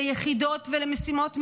ליחידות ולמשימות מסוימים,